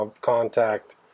contact